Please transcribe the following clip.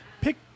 pick